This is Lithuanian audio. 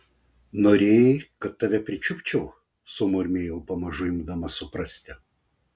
norėjai kad tave pričiupčiau sumurmėjau pamažu imdama suprasti